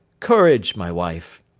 courage, my wife!